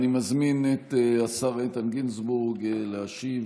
אני מזמין את השר איתן גינזבורג להשיב.